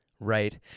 Right